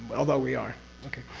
although we are okay?